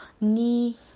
knee